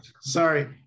Sorry